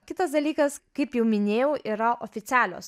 kitas dalykas kaip jau minėjau yra oficialios